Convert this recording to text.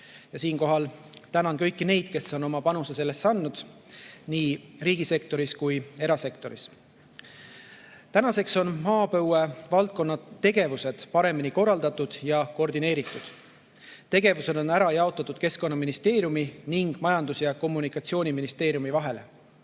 Siinkohal tänan kõiki neid, kes on sellesse oma panuse andnud, nii riigisektoris kui erasektoris. Nüüdseks on maapõuevaldkonnaga seotud tegevused paremini korraldatud ja koordineeritud. Tegevused on ära jaotatud Keskkonnaministeeriumi ning Majandus‑ ja Kommunikatsiooniministeeriumi vahel.